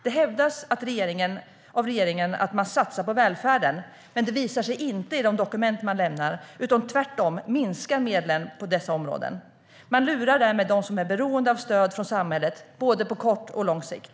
Det hävdas av regeringen att man satsar på välfärden, men det visar sig inte i de dokument man lämnar, utan tvärtom minskar medlen till dessa områden. Man lurar därmed dem som är beroende av stöd från samhället både på kort och på lång sikt.